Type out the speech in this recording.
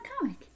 comic